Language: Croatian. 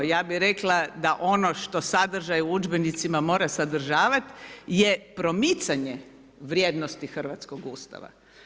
Ja bi rekla da ono što sadržaj u udžbenicima mora sadržavati je promicanje vrijednosti hrvatskog Ustava.